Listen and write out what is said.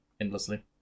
endlessly